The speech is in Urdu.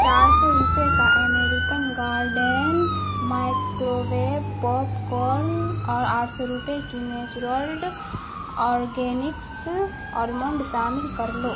چار سو روپئے کا American Garden microwave popcorn اور آٹھ سو روپئے کی نیچرلڈ آرگینکس آلمونڈ شامل کر لو